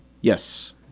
Yes